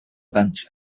events